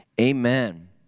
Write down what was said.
amen